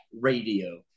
radio